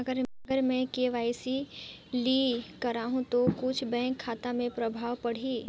अगर मे के.वाई.सी नी कराहू तो कुछ बैंक खाता मे प्रभाव पढ़ी?